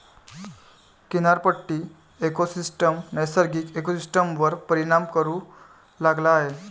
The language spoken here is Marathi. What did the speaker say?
किनारपट्टी इकोसिस्टम नैसर्गिक इकोसिस्टमवर परिणाम करू लागला आहे